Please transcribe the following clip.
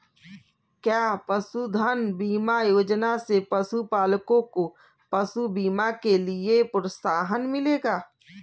क्या पशुधन बीमा योजना से पशुपालकों को पशु बीमा के लिए प्रोत्साहन मिलेगा?